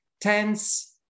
tense